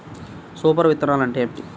Super విత్తనాలు అంటే ఏమిటి?